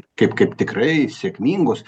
kaip kaip tikrai sėkmingus